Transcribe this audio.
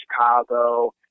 Chicago